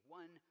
one